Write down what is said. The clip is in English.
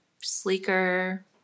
sleeker